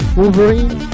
Wolverine